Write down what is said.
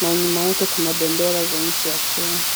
Na nyuma yake kuna bendera za nchi ya Kenya.